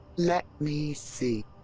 let me see.